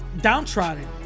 downtrodden